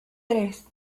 tres